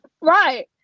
Right